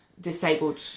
disabled